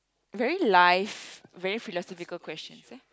very life very philosophical question